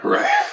Right